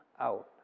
out